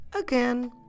Again